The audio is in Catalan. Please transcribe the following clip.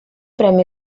premi